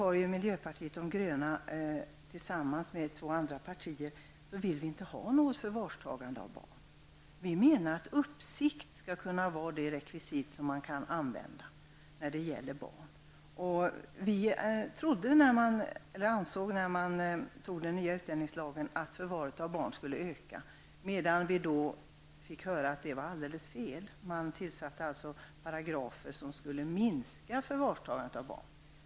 Vi i miljöpartiet de gröna har tillsammas med två andra partier sagt att vi inte vill att förvarstagande av barn skall få förekomma. Vi menar att uppsikt skall vara det rekvisit som skall kunna användas när det gäller barn. När den nya utlänningslagen antogs trodde vi att antalet barn i förvar skulle öka. Men vi fick höra att det var alldeles fel. Paragrafer infördes som skulle innebära att antalet barn i förvar skulle minska.